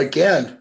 Again